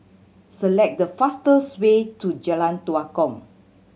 select the fastest way to Jalan Tua Kong